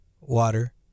water